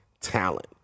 talent